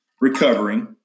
recovering